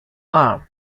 arm